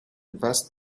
vaste